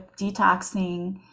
detoxing